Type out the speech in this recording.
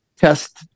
test